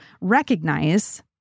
recognize